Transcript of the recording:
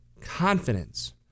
confidence